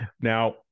Now-